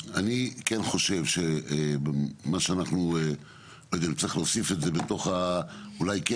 אני כן חושב שצריך להוסיף את זה בתוך, אולי כן